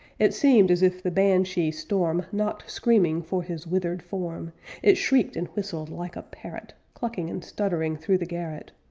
it seemed as if the banshee storm knocked screaming for his withered form it shrieked and whistled like a parrot, clucking and stuttering through the garret.